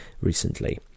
recently